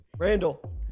Randall